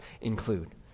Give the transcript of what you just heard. include